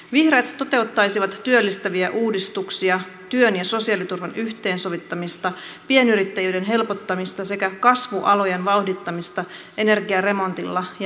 vihreät toteuttaisivat työllistäviä uudistuksia työn ja sosiaaliturvan yhteensovittamista pienyrittäjyyden helpottamista sekä kasvualojen vauhdittamista energiaremontilla ja investoinneilla